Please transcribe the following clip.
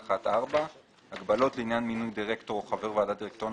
31(4). הגבלות לעניין מינוי דירקטור או חבר ועדת דירקטוריון,